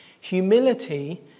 Humility